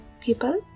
people